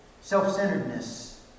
Self-centeredness